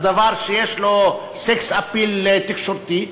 לדבר שיש לו סקס-אפיל תקשורתי,